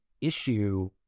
issue